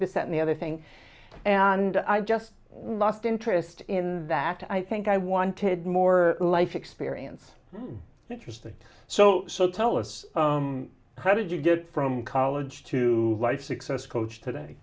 sat in the other thing and i just lost interest in that i think i wanted more life experience interesting so so tell us how did you get from college to life success coach today